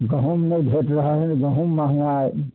गहुम नहि भेट रहल अइ गहुम महँगा